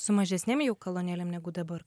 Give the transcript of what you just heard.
su mažesnėm jau kolonėlėm negu dabar